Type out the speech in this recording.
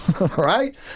Right